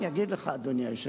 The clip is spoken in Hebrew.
אני אגיד לך, אדוני היושב-ראש.